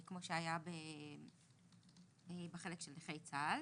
כמו שהיה בחלק של נכי צה"ל.